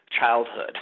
childhood